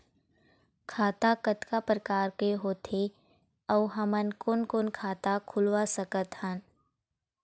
खाता कतका प्रकार के होथे अऊ हमन कोन कोन खाता खुलवा सकत हन?